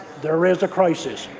there is a crisis.